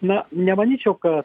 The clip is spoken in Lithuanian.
na nemanyčiau kad